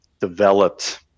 developed